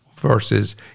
versus